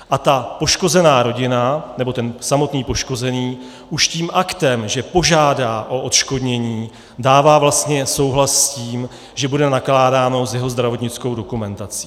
A ta poškozená rodina nebo ten samotný poškozený už tím aktem, že požádá o odškodnění, dává vlastně souhlas s tím, že bude nakládáno s jeho zdravotnickou dokumentací.